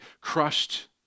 crushed